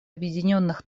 объединенных